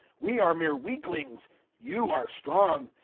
we are mere weaklings you are strong.